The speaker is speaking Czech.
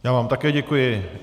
Já vám také děkuji.